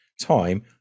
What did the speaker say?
time